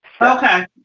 Okay